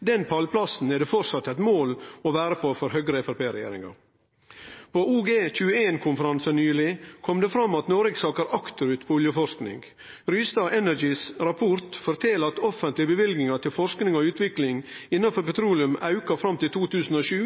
Den pallplassen er det framleis eit mål å vere på for Høgre–Framstegsparti-regjeringa. På OG21-konferansen nyleg kom det fram at Noreg sakkar akterut på oljeforsking. Rystad Energys rapport fortel at offentlege løyvingar til forsking og utvikling innanfor petroleum auka fram til 2007,